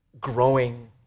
growing